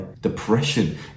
Depression